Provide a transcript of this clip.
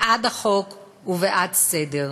בעד החוק ובעד סדר.